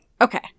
Okay